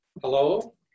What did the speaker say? Hello